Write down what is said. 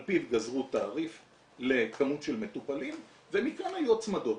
על פיו גזרו תעריף לכמות של מטופלים ומכאן היו הצמדות.